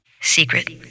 secret